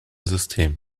system